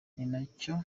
ninacyo